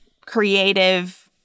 creative